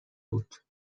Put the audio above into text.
بود